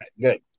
Good